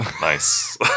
Nice